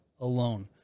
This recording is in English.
alone